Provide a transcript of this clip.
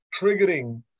triggering